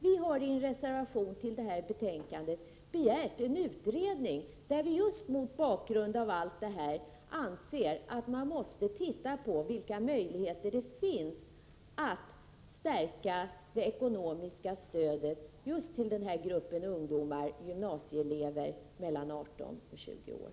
Vi har en reservation till detta betänkande, där vi just mot bakgrund av de faktorer jag nämnde föreslår att man tillsätter en utredning som skall se på vilka möjligheter det finns att stärka det ekonomiska stödet just till gymnasieeleverna mellan 18 och 20 år.